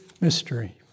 mystery